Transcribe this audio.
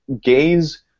gays